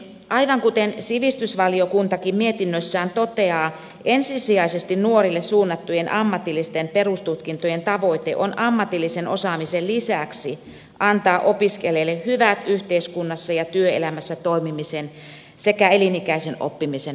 aivan kuten sivistysvaliokuntakin mietinnössään toteaa ensisijaisesti nuorille suunnattujen ammatillisten perustutkintojen tavoite on ammatillisen osaamisen lisäksi antaa opiskelijoille hyvät yhteiskunnassa ja työelämässä toimimisen sekä elinikäisen oppimisen valmiudet